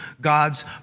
God's